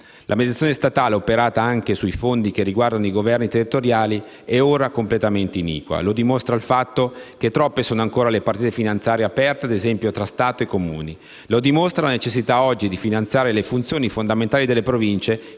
La mediazione statale, operata anche sui fondi che riguardano i Governi territoriali è ora completamente iniqua. Lo dimostra il fatto che troppe sono ancora le partite finanziarie aperte, ad esempio, tra lo Stato ed i Comuni. Lo dimostra la necessità, oggi, di finanziare le funzioni fondamentali delle Province,